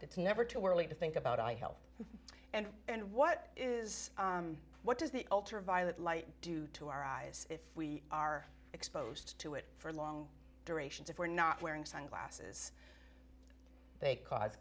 it's never too early to think about eye health and and what is what does the ultraviolet light do to our eyes if we are exposed to it for long durations if we're not wearing sunglasses they cause